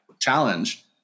challenge